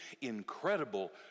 incredible